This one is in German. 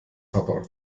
papa